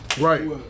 right